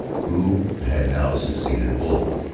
who had now succeeded wolfe.